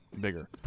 bigger